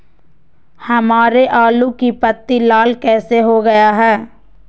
हमारे आलू की पत्ती लाल कैसे हो गया है?